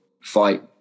fight